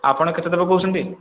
ଆପଣ କେତେ ଦେବେ କହୁଛନ୍ତି